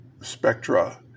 spectra